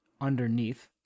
underneath